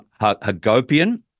Hagopian